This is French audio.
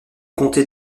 comté